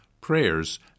prayers